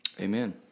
Amen